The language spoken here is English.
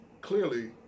clearly